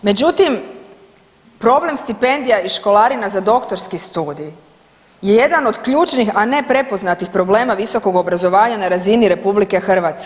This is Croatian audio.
Međutim, problem stipendija i školarina za doktorski studij je jedan od ključnih a neprepoznatih problema visokog obrazovanja na razini RH.